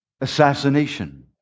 assassination